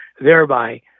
thereby